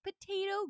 potato